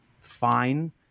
fine